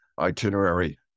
itinerary